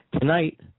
Tonight